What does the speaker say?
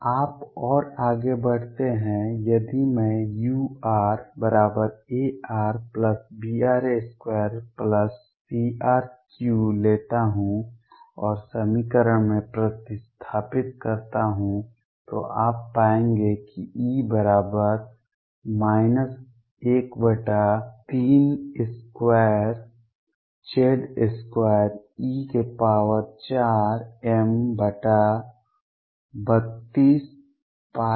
आप और आगे बढ़ते हैं यदि मैं urarbr2cr3 लेता हूं और समीकरण में प्रतिस्थापित करता हूं तो आप पाएंगे कि E 132